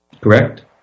Correct